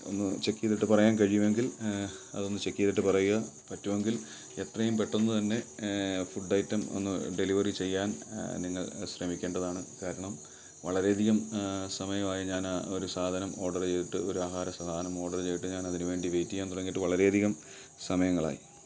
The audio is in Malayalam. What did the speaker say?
ഒന്ന് ചെക്ക് ചെയ്തിട്ട് പറയാൻ കഴിയുമെങ്കിൽ അതൊന്ന് ചെക്ക് ചെയ്തിട്ട് പറയുക പറ്റുമെങ്കിൽ എത്രയും പെട്ടന്ന് തന്നെ ഫുഡ് ഐറ്റം ഒന്ന് ഡെലിവറി ചെയ്യാൻ നിങ്ങൾ ശ്രമിക്കേണ്ടതാണ് കാരണം വളരെ അധികം സമയമായി ഞാനാ ഒരു സാധനം ഓർഡറ് ചെയ്തിട്ട് ഒരു ആഹാരസാധനം ഓർഡറ് ചെയ്തിട്ട് ഞാനതിന് വേണ്ടി വെയിറ്റ് ചെയ്യാൻ തുടങ്ങിയിട്ട് വളരേയധികം സമയങ്ങളായി